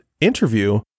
interview